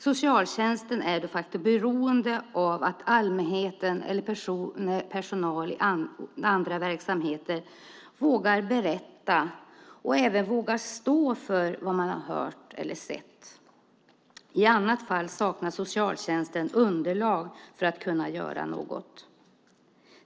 Socialtjänsten är beroende av att allmänheten eller personal i andra verksamheter vågar berätta och stå för vad man har hört eller sett. I annat fall saknar socialtjänsten underlag för att kunna göra något.